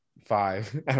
five